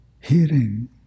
Hearing